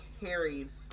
Harry's